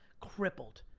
crippled.